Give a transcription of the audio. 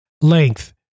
Length